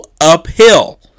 uphill